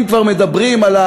אם כבר מדברים על,